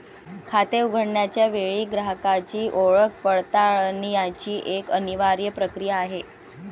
खाते उघडण्याच्या वेळी ग्राहकाची ओळख पडताळण्याची एक अनिवार्य प्रक्रिया आहे